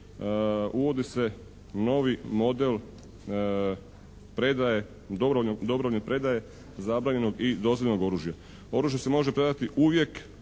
uvodi se novi model predaje, dobrovoljne predaje zabranjenog i dozvoljenog oružja. Oružje se može predati uvijek